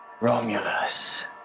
Romulus